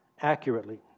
accurately